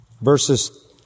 verses